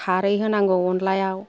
खारै होनांगौ अनलायाव